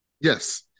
yes